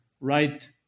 right